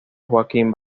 joaquín